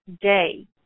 day